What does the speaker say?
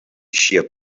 sheared